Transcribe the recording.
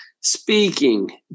speaking